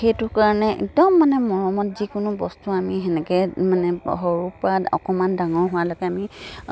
সেইটো কাৰণে একদম মানে মৰমত যিকোনো বস্তু আমি তেনেকৈ মানে সৰুৰ পৰা অকণমান ডাঙৰ হোৱালৈকে আমি